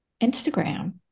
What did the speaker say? Instagram